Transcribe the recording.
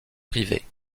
privés